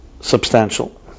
substantial